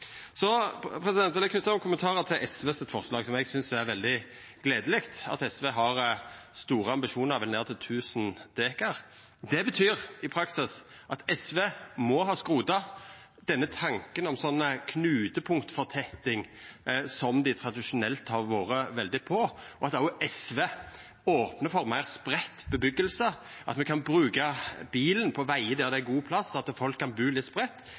Så vil eg knyte nokre kommentarar til SVs forslag. Eg synest det er veldig gledeleg at SV har store ambisjonar og vil ned til 1 000 dekar. Det betyr i praksis at SV må ha skrota tanken om knutepunktfortetting, som dei tradisjonelt har vore veldig på, at òg SV opnar for meir spreidd busetnad – at me kan bruka bilen på vegar der det er god plass, at folk kan bu litt